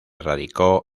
radicó